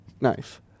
knife